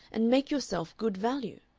and make yourself good value.